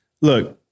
look